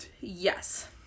Yes